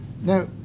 now